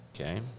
Okay